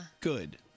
good